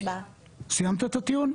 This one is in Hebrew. סיימת את הטיעון?